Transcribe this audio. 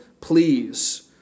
please